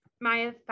Maya